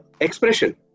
expression